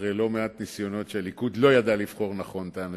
אחרי לא מעט ניסיונות שבהם הליכוד לא ידע לבחור נכון את האנשים.